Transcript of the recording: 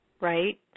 right